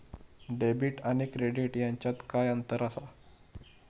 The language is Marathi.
डेबिट आणि क्रेडिट ह्याच्यात काय अंतर असा?